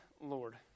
Lord